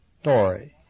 story